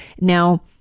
Now